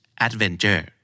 adventure